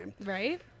right